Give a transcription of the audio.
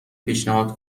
پیشنهاد